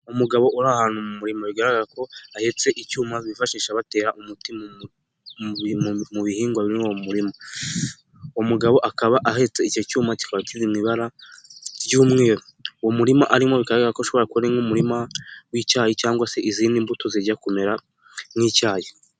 Umugabo uri ahantu mu murimo bigaragara ko ahetse icyuma bifashisha batera umuti mu bihingwa biri murima, umugabo akaba ahetse icyo cyuma kikaba kiri mu ibara ry'umweru, uwo murima arimo bigaragara ko ashobora kuba ari nk'umurima w'icyayi cyangwa se izindi mbuto zijya kumera nk'icyayi.